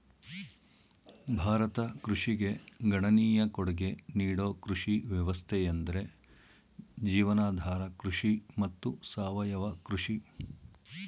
ಭಾರತ ಕೃಷಿಗೆ ಗಣನೀಯ ಕೊಡ್ಗೆ ನೀಡೋ ಕೃಷಿ ವ್ಯವಸ್ಥೆಯೆಂದ್ರೆ ಜೀವನಾಧಾರ ಕೃಷಿ ಮತ್ತು ಸಾವಯವ ಕೃಷಿ